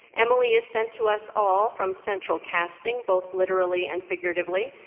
emily is sent to us all from central casting, both literally and figuratively.